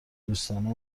دوستانه